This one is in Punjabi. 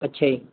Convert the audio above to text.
ਅੱਛਾ ਜੀ